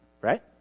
Right